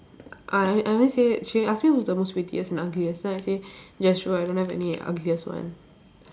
I I only say she ask me who's the most prettiest and ugliest so I say Jazrael I don't have any ugliest one